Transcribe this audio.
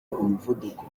umuvuduko